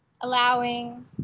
allowing